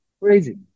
crazy